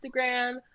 Instagram